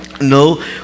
No